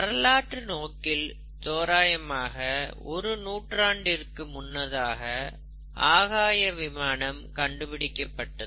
வரலாற்று நோக்கில் தோராயமாக ஒரு நூற்றாண்டிற்கு முன்னதாக ஆகாய விமானம் கண்டுபிடிக்கப்பட்டது